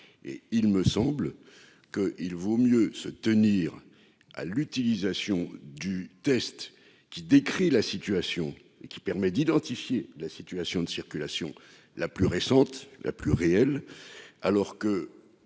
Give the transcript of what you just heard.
et il me semble que il vaut mieux se tenir à l'utilisation du test qui décrit la situation et qui permet d'identifier la situation de circulation la plus récente la plus réelle, alors que